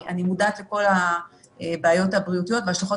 ומודעת לכל הבעיות הבריאותיות וההשלכות